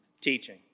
teaching